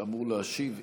שאמור להשיב,